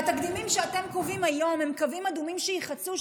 והתקדימים שאתם קובעים היום הם קווים אדומים שייחצו,